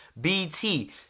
BT